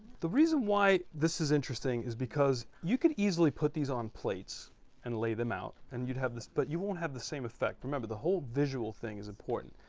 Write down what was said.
the reason why this is interesting is because you could easily put these on plates and lay them out and you'd have this but you won't have the same effect remember the whole visual thing is important.